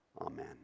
Amen